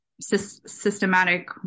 Systematic